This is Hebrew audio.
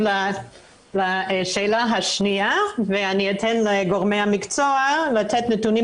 חופשה ללא תשלום בשל מחלה וכן חופשה ללא תשלום